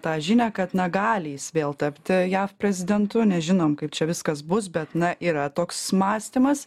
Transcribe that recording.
tą žinią kad na gali jis vėl tapti jav prezidentu nežinom kaip čia viskas bus bet na yra toks mąstymas